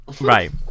Right